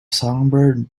songbird